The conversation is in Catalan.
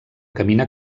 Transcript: camina